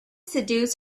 seduce